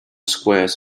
squares